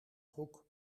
broek